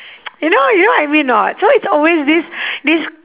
you know you know what I mean or not so it's always this this